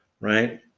right